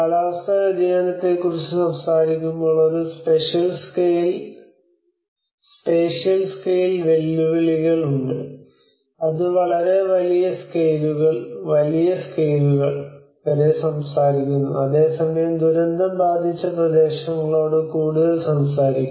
കാലാവസ്ഥാ വ്യതിയാനത്തെക്കുറിച്ച് സംസാരിക്കുമ്പോൾ ഒരു സ്പേഷ്യൽ സ്കെയിൽ വെല്ലുവിളികൾ ഉണ്ട് അത് വളരെ വലിയ സ്കെയിലുകൾ വലിയ സ്കെയിലുകൾ വരെ സംസാരിക്കുന്നു അതേസമയം ദുരന്തം ബാധിച്ച പ്രദേശങ്ങളോട് കൂടുതൽ സംസാരിക്കുന്നു